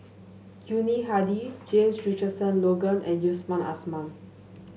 Yuni Hadi James Richardson Logan and Yusman Aman